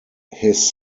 his